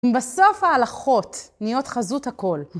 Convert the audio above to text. בסוף ההלכות נהיות חזות הכל.